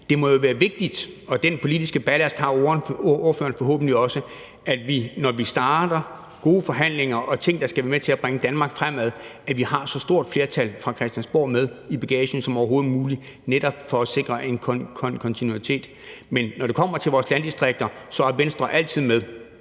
en kontinuitet, og den politiske ballast har ordføreren forhåbentlig også, at vi, når vi starter gode forhandlinger om ting, der skal være med til at bringe Danmark fremad, har så stort et flertal fra Christiansborg som overhovedet muligt med i bagagen. Men når det kommer til vores landdistrikter, er Venstre altid med,